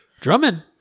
Drummond